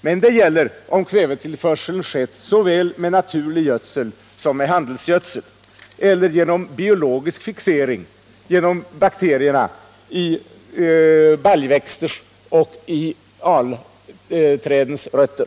men det gäller om kvävetillförseln skett såväl med naturlig gödsel som med handelsgödsel eller genom biologisk fixering via bakterierna i baljväxter och i alträdens rötter.